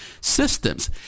systems